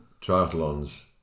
triathlons